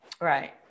Right